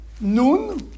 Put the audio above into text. Nun